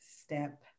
step